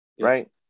Right